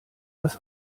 das